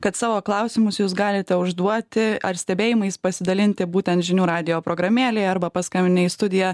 kad savo klausimus jūs galite užduoti ar stebėjimais pasidalinti būtent žinių radijo programėlėje arba paskambinę į studiją